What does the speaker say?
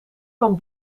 van